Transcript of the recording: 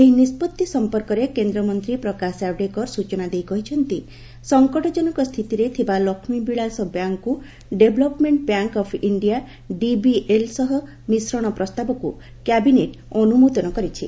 ଏହି ନିଷ୍ପତ୍ତି ସମ୍ପର୍କରେ କେନ୍ଦ୍ରମନ୍ତ୍ରୀ ପ୍ରକାଶ ଜାଭଡେକର ସ୍ବଚନା ଦେଇ କହିଛନ୍ତି ସଫକଟ ଜନକ ସ୍ଥିତିରେ ଥିବା ଲକ୍ଷ୍ମୀ ବିଳାଶ ବ୍ୟାଙ୍କ୍କୁ development bank of India DBL ସହ ମିଶ୍ରଣ ପ୍ରସ୍ତାବକୁ କ୍ୟାବିନେଟ୍ ଅନୁମୋଦନ କରିଛି